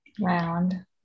Round